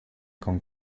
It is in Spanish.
con